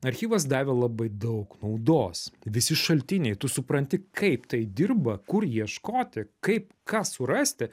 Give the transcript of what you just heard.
archyvas davė labai daug naudos visi šaltiniai tu supranti kaip tai dirba kur ieškoti kaip ką surasti